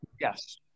Yes